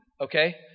okay